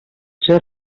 ser